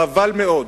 חבל מאוד,